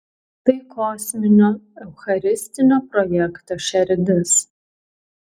tai kosminio eucharistinio projekto šerdis